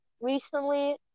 Recently